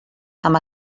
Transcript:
amb